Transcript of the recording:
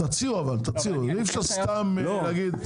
תציעו אבל תציעו, אי אפשר סתם להגיד.